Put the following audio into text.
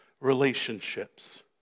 relationships